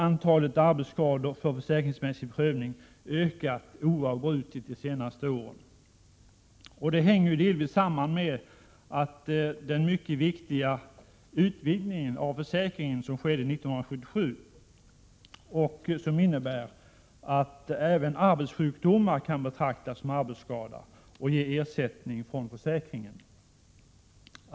Antalet arbetsskador för försäkringsmässig prövning har helt riktigt ökat oavbrutet de senaste åren. Det hänger delvis samman med den mycket viktiga utvidgningen av försäkringen år 1977. Denna utvidgning innebär att även arbetssjukdomar kan betraktas som arbetsskada och ge ersättning från försäkringen.